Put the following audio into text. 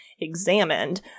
examined